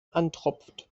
antropft